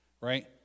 right